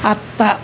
అత్త